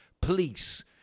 Police